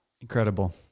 Incredible